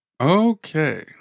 Okay